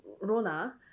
Rona